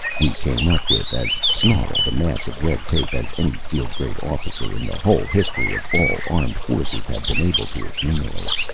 we came up with as snarled a mass of red tape as any field-grade officer in the whole history of all armed forces had been able to accumulate.